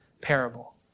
parable